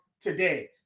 today